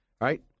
right